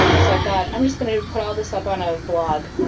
so i thought i'm just going to put all this up on a blog,